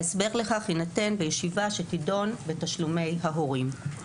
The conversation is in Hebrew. כשההסבר לכך יינתן בישיבה שתדון בתשלומי ההורים.